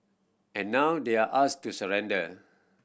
and now they're asked to surrender